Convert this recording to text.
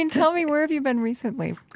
and tell me, where have you been recently?